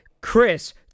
Chris